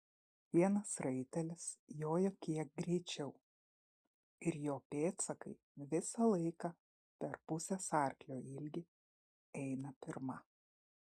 vienas raitelis jojo kiek greičiau ir jo pėdsakai visą laiką per pusės arklio ilgį eina pirma